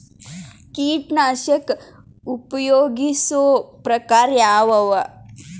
ಕೀಟನಾಶಕ ಉಪಯೋಗಿಸೊ ಪ್ರಕಾರ ಯಾವ ಅವ?